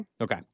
okay